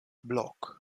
blok